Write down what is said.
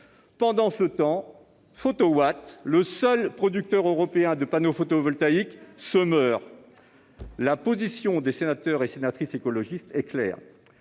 Pendant ce temps, Photowatt, le seul producteur européen de panneaux photovoltaïques, se meurt. La position des sénateurs et sénatrices écologistes est claire.